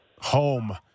home